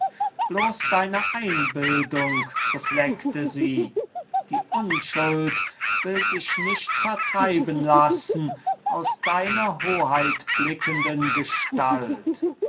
bloß deine einbildung befleckte sie die unschuld will sich nicht vertreiben lassen aus deiner hoheitblickenden gestalt